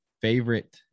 favorite